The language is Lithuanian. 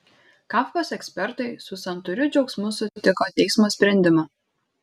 kafkos ekspertai su santūriu džiaugsmu sutiko teismo sprendimą